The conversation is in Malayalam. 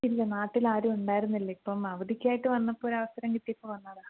ഇല്ല നാട്ടിൽ ആരും ഉണ്ടായിരുന്നില്ല ഇപ്പം അവധിക്കായിട്ട് വന്നപ്പോൾ ഒരു അവസരം കിട്ടിയപ്പോൾ വന്നതാണ്